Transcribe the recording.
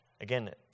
again